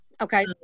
Okay